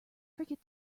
forget